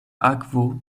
akvo